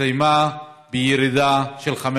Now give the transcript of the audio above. הסתיימה בירידה, של 15,